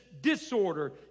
disorder